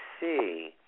see